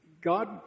God